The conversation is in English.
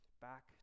back